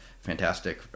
fantastic